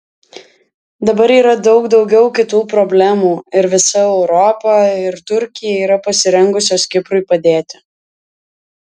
dabar yra daug daugiau kitų problemų ir visa europa ir turkija yra pasirengusios kiprui padėti